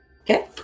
Okay